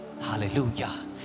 Hallelujah